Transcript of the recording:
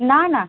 না না